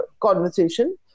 conversation